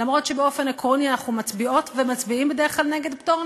למרות שבאופן עקרוני אנחנו מצביעות ומצביעים בדרך כלל נגד פטור,